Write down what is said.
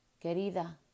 Querida